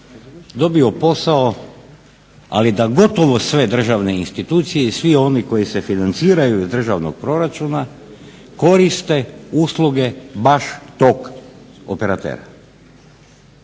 dobio posao, ali da gotovo sve državne institucije i svi oni koji se financiraju iz državnog proračuna koriste usluge baš tog operatera.